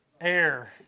air